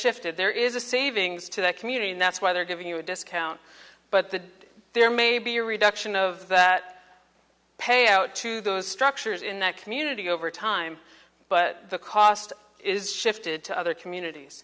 shifted there is a savings to that community and that's why they're giving you a discount but that there may be a reduction of that payout to those structures in that community over time but the cost is shifted to other communities